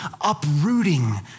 uprooting